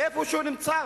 איפה שהוא נמצא